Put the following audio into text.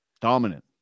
Dominant